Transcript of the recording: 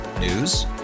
News